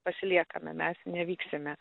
pasiliekame mes nevyksime